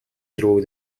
through